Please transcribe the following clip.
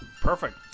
Perfect